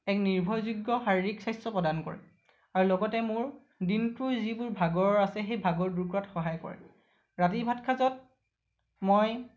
এক নিৰ্ভৰযোগ্য শাৰীৰিক স্বাস্থ্য প্ৰদান কৰে আৰু লগতে মোৰ দিনটোৰ যিবোৰ ভাগৰ আছে সেই ভাগৰ দূৰ কৰাত সহায় কৰে ৰাতিৰ ভাত সাঁজত মই